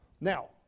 now